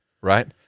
right